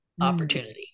opportunity